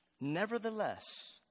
Nevertheless